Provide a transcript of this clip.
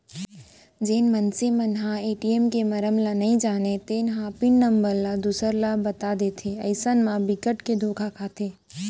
जेन मनसे मन ह ए.टी.एम के मरम ल नइ जानय तेन ह पिन नंबर ल दूसर ल बता देथे अइसन म बिकट के धोखा खाथे